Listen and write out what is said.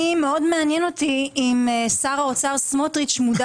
מאוד מעניין אותי אם שר האוצר סמוטריץ' מודע